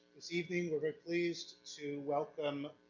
this evening we're very pleased to welcome